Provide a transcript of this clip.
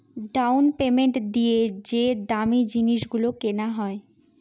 down payment দিয়ে যে দামী জিনিস গুলো কেনা হয়